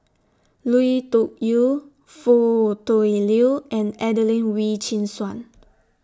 Lui Tuck Yew Foo Tui Liew and Adelene Wee Chin Suan